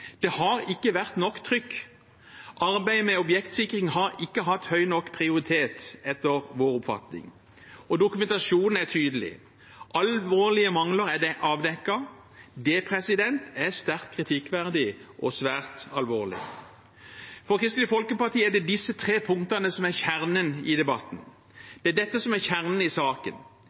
Det har ikke vært nok trykk. Arbeidet med objektsikring har ikke hatt høy nok prioritet, etter vår oppfatning. Dokumentasjonen er tydelig: Alvorlige mangler er avdekket. Det er sterkt kritikkverdig og svært alvorlig. For Kristelig Folkeparti er det disse tre punktene som er kjernen i debatten. Det er dette som er kjernen i saken.